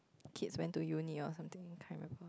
kids went to uni or something I can't remember